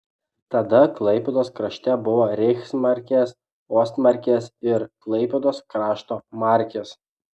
tada klaipėdos krašte buvo reichsmarkės ostmarkės ir klaipėdos krašto markės